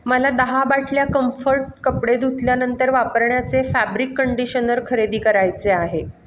मला दहा बाटल्या कम्फर्ट कपडे धुतल्यानंतर वापरण्याचे फॅब्रिक कंडिशनर खरेदी करायचे आहे